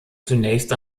zunächst